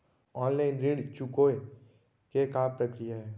Online ऋण चुकोय के का प्रक्रिया हे?